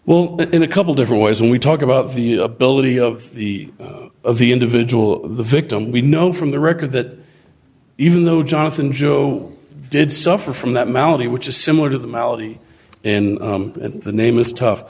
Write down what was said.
well in a couple different ways when we talk about the ability of the of the individual the victim we know from the record that even though jonathan jo did suffer from that malady which is similar to the malady and the name is tough